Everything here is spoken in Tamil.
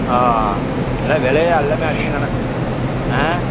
ஆ எல்லா வெலையே எல்லாமே அதிகம் தானே ஆ